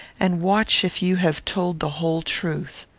and watch if you have told the whole truth.